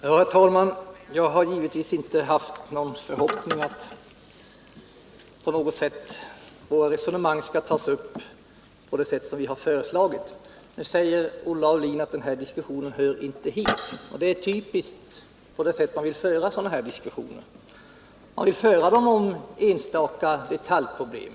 Herr talman! Jag har givetvis inte haft någon förhoppning om att våra resonemang skulle tas upp på det sätt vi föreslagit. Nu säger Olle Aulin att den här diskussionen inte hör hit. Det är typiskt för det sätt man vill föra debatter på, att man tar upp detaljproblem.